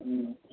ହୁଁ